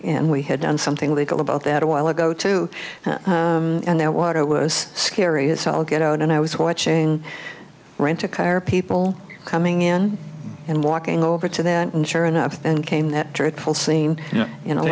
and we had done something illegal about that a while ago too and their water was scary as all get out and i was watching rent a car people coming in and walking over to them and sure enough and came that dreadful scene you know